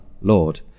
Lord